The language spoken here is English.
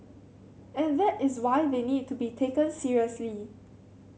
and that is why they need to be taken seriously